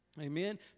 Amen